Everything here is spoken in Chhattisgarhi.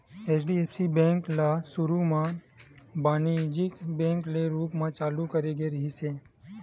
एच.डी.एफ.सी बेंक ल सुरू म बानिज्यिक बेंक के रूप म चालू करे गे रिहिस हे